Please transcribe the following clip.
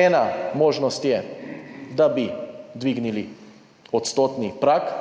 Ena možnost je, da bi dvignili odstotni prag,